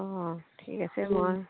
অঁ ঠিক আছে মই